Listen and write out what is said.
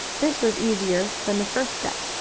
this was easier than the first step.